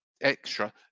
extra